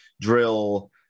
drill